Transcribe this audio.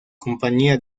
compañía